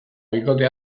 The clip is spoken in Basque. bikote